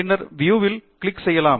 பின்னர் வியூ வில் கிளிக் செய்யலாம்